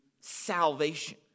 salvation